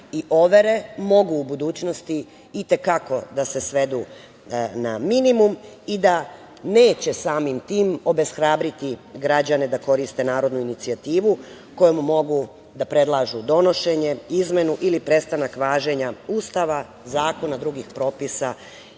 i overe mogu u budućnosti i te kako da se svedu na minimum i da neće samim tim obeshrabriti građane da koriste narodnu inicijativu kojom mogu da predlažu donošenje, izmenu ili prestanak važenja Ustava, zakona, drugih propisa